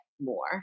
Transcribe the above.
more